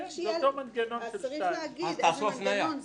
צריך להגיד איזה מנגנון זה.